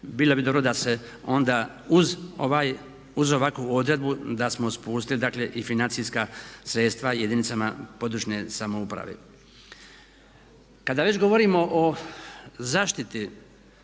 Bilo bi dobro da se onda uz ovaj, uz ovakvu odredbu da smo spustili dakle i financijska sredstva jedinicama područne samouprave. Kada već govorimo o zaštiti